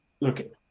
Look